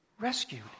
rescued